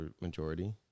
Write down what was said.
majority